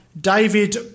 David